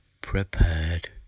prepared